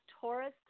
Taurus